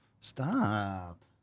stop